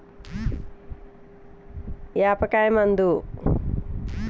తెల్ల దోమ నిర్ములించడానికి ఏం వాడాలి?